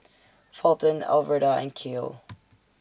Fulton Alverda and Kael